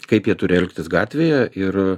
kaip jie turi elgtis gatvėje ir